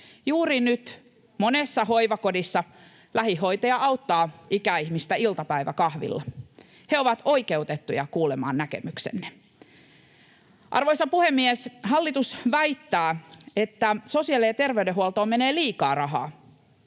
Juuri nyt monessa hoivakodissa lähihoitaja auttaa ikäihmistä iltapäiväkahvilla. He ovat oikeutettuja kuulemaan näkemyksenne. Arvoisa puhemies! Hallitus väittää, että sosiaali- ja terveydenhuoltoon menee liikaa rahaa.